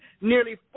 Nearly